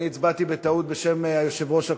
אני הצבעתי בטעות בשם היושב-ראש הקודם,